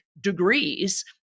degrees